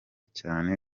cyane